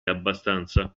abbastanza